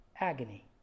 agony